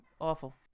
Awful